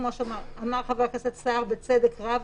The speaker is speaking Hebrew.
כמו שאמר חבר הכנסת סער בצדק רב,